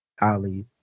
ali